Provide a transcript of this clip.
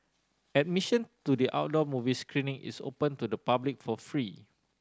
admission to the outdoor movie screening is open to the public for free